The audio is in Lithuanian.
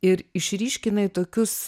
ir išryškinai tokius